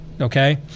okay